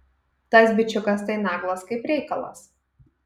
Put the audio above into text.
tas bičiukas tai naglas kaip reikalas